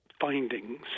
findings